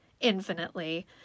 infinitely